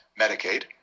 Medicaid